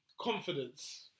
confidence